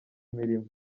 imirimo